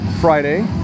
Friday